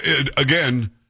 Again